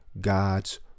God's